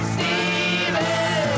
Steven